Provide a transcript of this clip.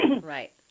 Right